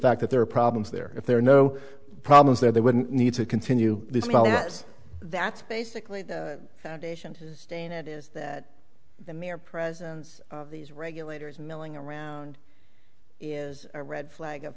fact that there are problems there if there are no problems there they wouldn't need to continue this now yes that's basically the stain it is that the mere presence these regulators milling around is a red flag of